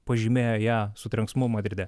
pažymėjo ją su trenksmu madride